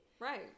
Right